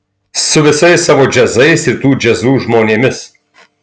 su visais savo džiazais ir tų džiazų žmonėmis